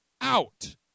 out